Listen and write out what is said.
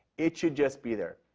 it should just be there.